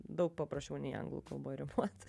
daug paprasčiau nei anglų kalboj rimuot